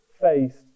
face